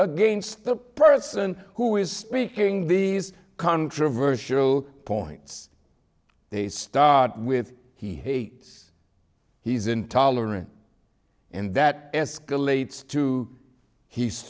against the person who is speaking these controversial points they start with he says he's intolerant and that escalates to he's